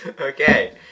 Okay